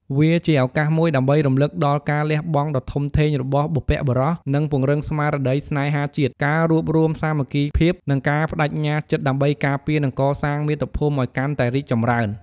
វាជាឱកាសមួយដើម្បីរំលឹកដល់ការលះបង់ដ៏ធំធេងរបស់បុព្វបុរស និងពង្រឹងស្មារតីស្នេហាជាតិ ការរួបរួមសាមគ្គីភាព និងការប្ដេជ្ញាចិត្តដើម្បីការពារ និងកសាងមាតុភូមិឲ្យកាន់តែរីកចម្រើន។